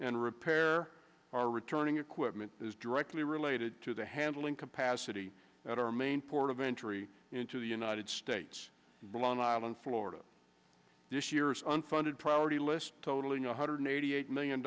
and repair our returning equipment is directly related to the handling capacity at our main port of entry into the united state it's blonde island florida this year's unfunded priority list totaling one hundred eighty eight million